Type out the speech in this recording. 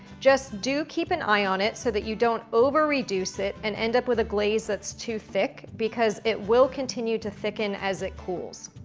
just do keep an eye on it so that you don't over-reduce it, and end up with a glaze that's too thick, because it will continue to thicken as it cools.